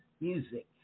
music